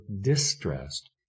distressed